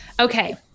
Okay